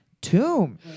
tomb